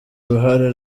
uruhare